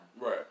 Right